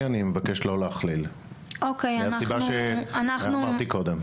אני מבקש לא להכליל מהסיבה שאמרתי קודם.